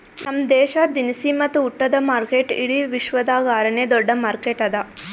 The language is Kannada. ನಮ್ ದೇಶ ದಿನಸಿ ಮತ್ತ ಉಟ್ಟದ ಮಾರ್ಕೆಟ್ ಇಡಿ ವಿಶ್ವದಾಗ್ ಆರ ನೇ ದೊಡ್ಡ ಮಾರ್ಕೆಟ್ ಅದಾ